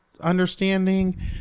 understanding